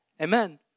amen